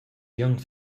young